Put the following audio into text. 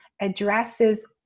addresses